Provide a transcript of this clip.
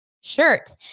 shirt